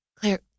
Claire